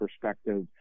perspective